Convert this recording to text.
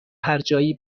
هرجایی